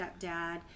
stepdad